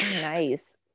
nice